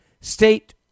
State